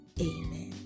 Amen